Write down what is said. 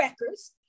records